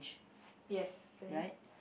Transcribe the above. right